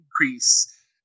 increase